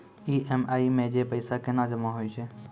EMI मे जे पैसा केना जमा होय छै?